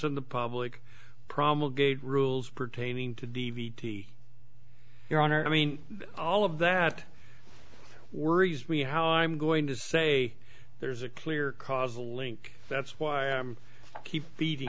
on the public promulgated rules pertaining to d v d your honor i mean all of that worries me how i'm going to say there's a clear causal link that's why i'm keep feeding